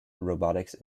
robotics